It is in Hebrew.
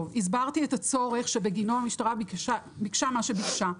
הסברתי את הצורך בגינו המשטרה ביקשה מה שביקשה.